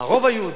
הרוב היהודי,